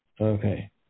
Okay